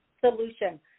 solution